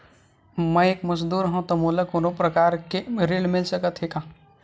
मैं एक मजदूर हंव त मोला कोनो प्रकार के ऋण मिल सकत हे का?